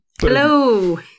Hello